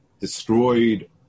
destroyed